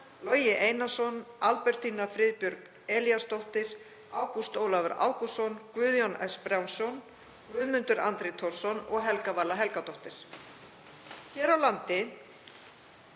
hér á landi.